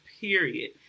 period